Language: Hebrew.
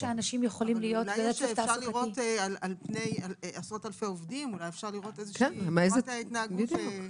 על פני עשרות אלפי עובדים אולי אפשר לראות צורת התנהגות.